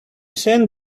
sent